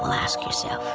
ask yourself?